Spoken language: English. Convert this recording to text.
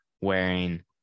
wearing